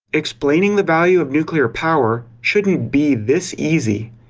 explaining the value of nuclear power shouldn't be this easy.